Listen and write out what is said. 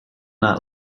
not